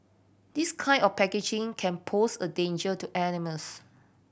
this kind of packaging can pose a danger to animals